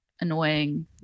annoying